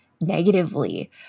negatively